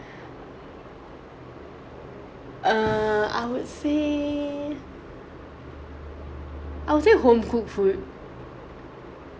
err I would say I would say home cooked food